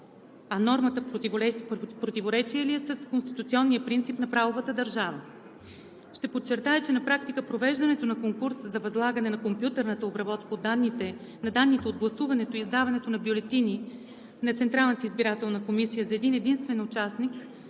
А нормата в противоречие ли е с конституционния принцип на правовата държава? Ще подчертая, че на практика провеждането на конкурс за възлагане на компютърната обработка на данните от гласуването и издаването на бюлетини на Централната